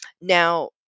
Now